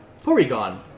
Porygon